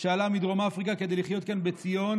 שעלה מדרום אפריקה כדי לחיות כאן בציון,